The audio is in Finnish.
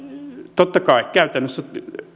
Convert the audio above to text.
totta kai käytännössä